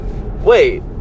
wait